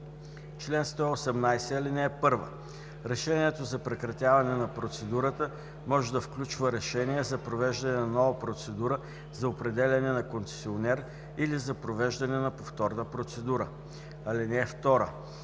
„Чл. 118. (1) Решението за прекратяване на процедурата може да включва решение за провеждане на нова процедура за определяне на концесионер или за провеждане на повторна процедура. (2) Решение